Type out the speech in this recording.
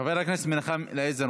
חבר הכנסת מנחם אליעזר